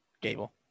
Gable